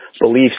beliefs